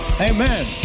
Amen